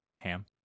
Ham